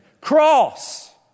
Cross